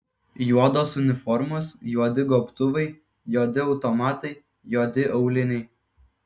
juodos uniformos juodi gobtuvai juodi automatai juodi auliniai